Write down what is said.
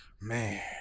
Man